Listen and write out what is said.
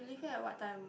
leave here at what time